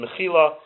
mechila